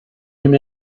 him